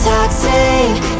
Toxic